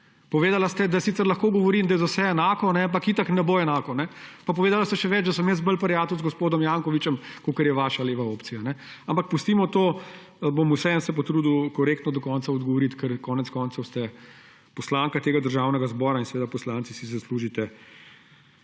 Povedali ste, da sicer lahko govorim, da je za vse enako, ampak itak ne bo enako. Pa povedali ste še več, da sem jaz bolj prijatelj z gospodom Jankovićem, kakor je vaša leva opcija. Ampak pustimo to, se bom vseeno potrudil korektno do konca odgovoriti, ker konec koncev ste poslanka Državnega zbora in poslanci si zaslužite